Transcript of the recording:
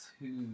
Two